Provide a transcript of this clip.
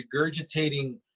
regurgitating